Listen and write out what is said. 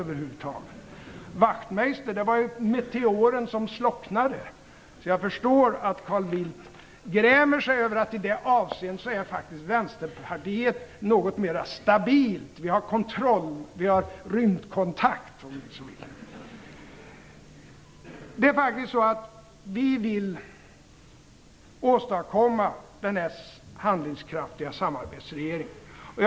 Wachtmeister var meteoren som slocknade. Jag förstår att Carl Bildt grämer sig över att Vänsterpartiet faktiskt är något mer stabilt i det avseendet. Vi har kontroll. Vi har rymdkontakt, om ni så vill. Vi vill åstadkomma den handlingskraftiga samarbetsregering vi talat om.